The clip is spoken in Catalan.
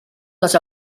les